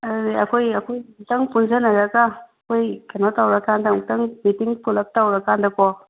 ꯑꯗꯨꯗꯤ ꯑꯩꯈꯣꯏ ꯑꯃꯨꯛꯇꯪ ꯄꯨꯟꯁꯟꯅꯔꯒ ꯑꯩꯈꯣꯏ ꯀꯩꯅꯣ ꯇꯧꯔ ꯀꯥꯟꯗ ꯑꯃꯨꯛꯇꯪ ꯃꯤꯇꯤꯡ ꯄꯨꯂꯞ ꯇꯧꯔ ꯀꯥꯟꯗꯀꯣ